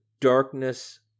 darkness